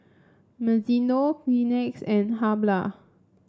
Mizuno Kleenex and Habhal